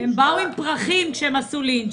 הם באו עם פרחים ביד כשהם עשו לינץ'.